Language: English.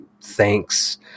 thanks